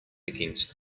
against